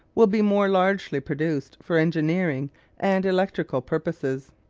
will be more largely produced for engineering and electrical purposes.